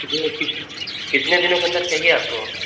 कितने कि कितने दिनों के अंदर चाहिये आपको